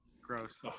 gross